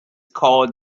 called